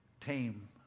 tame